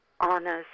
honest